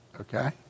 Okay